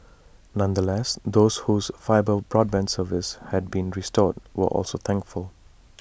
nonetheless those whose fibre broadband service had been restored were also thankful